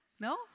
No